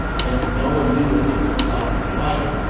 since no one knew what they looked like in life,